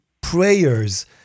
prayers